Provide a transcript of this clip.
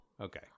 Okay